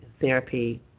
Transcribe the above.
therapy